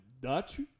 Dutch